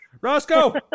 Roscoe